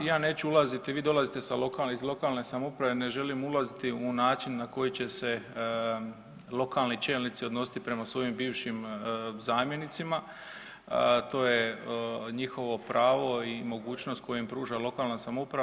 Ja neću ulaziti, vi dolazite sa lokalne, iz lokalne samouprave, ne želim ulaziti u način na koji će se lokalni čelnici odnositi prema svojim bivšim zamjenicima, to je njihovo pravo i mogućnost koje im pruža lokalna samouprava.